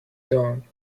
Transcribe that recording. done